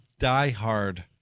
diehard